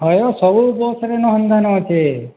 ହଏ ହୋ ସବୁ ବସ୍ରେ ନ ହେନ୍ତାନ ଅଛେ